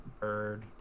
Bird